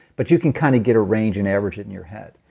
but you can kind of get a range and average it in your head